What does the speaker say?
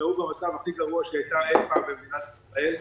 החקלאות במצב הכי גרוע שהיא הייתה אי פעם במדינת ישראל.